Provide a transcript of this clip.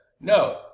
No